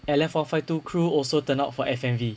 L_F one five two crew also turn out for F_M_V